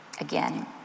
Again